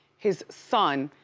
his son,